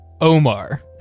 Omar